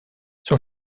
son